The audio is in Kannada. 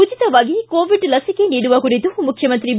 ಉಚಿತವಾಗಿ ಕೋವಿಡ್ ಲಸಿಕೆ ನೀಡುವ ಕುರಿತು ಮುಖ್ಯಮಂತ್ರಿ ಬಿ